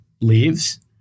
leaves